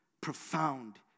profound